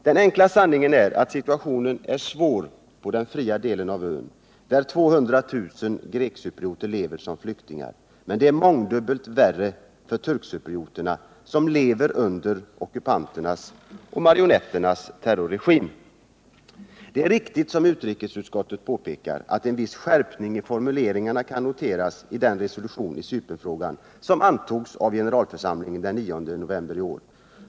Den enkla sanningen är att situationen är svår på den fria delen av ön, där 200 000 grekcyprioter lever som flyktingar, men att den är mångdubbelt värre för turkcyprioterna, som lever under ockupanternas och marionetternas terrorregim. Det är riktigt, som utrikesutskottet påpekar, att en ”viss skärpning i formuleringarna kan noteras i den resolution i Cypernfrågan som antogs av generalförsamlingen den 9 november i år”.